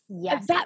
Yes